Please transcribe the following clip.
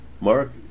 Mark